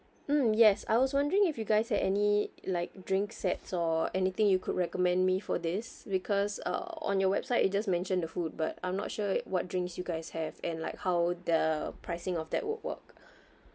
mm yes I was wondering if you guys have any like drink sets or anything you could recommend me for this because uh on your website it just mention the food but I'm not sure what drinks you guys have and like how the pricing of that would work